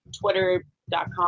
twitter.com